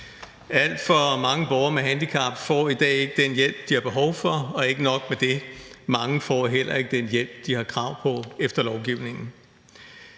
alt for mange borgere med handicap får i dag ikke den hjælp, de har behov for. Og ikke nok med det, mange får heller ikke den hjælp, de har krav på efter lovgivningen.